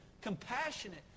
compassionate